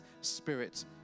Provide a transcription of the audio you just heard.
spirit